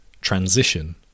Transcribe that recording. Transition